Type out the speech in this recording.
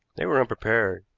they were unprepared,